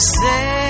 say